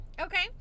Okay